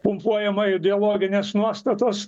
pumpuojama ideologinės nuostatos